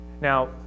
Now